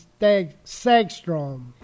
Sagstrom